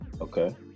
Okay